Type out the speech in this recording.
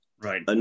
Right